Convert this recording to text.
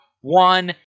one